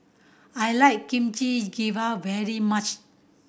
I like Kimchi Jjigae very much